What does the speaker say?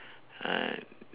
uh